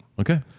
Okay